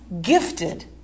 gifted